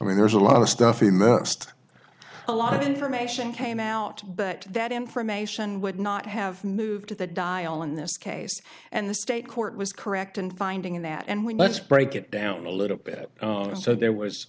i mean there's a lot of stuff in the past a lot of information came out but that information would not have moved to the dial in this case and the state court was correct in finding that and when let's break it down a little bit so there was